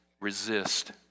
resist